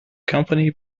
company